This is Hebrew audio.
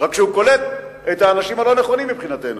רק שהוא קולט את האנשים הלא-נכונים מבחינתנו.